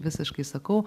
visiškai sakau